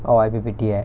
oh I_P_P_T eh